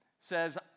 says